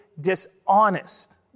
dishonest